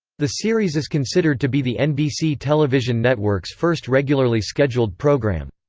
the series is considered to be the nbc television network's first regularly scheduled program.